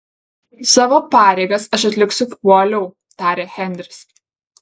savo pareigas aš atliksiu kuo uoliau tarė henris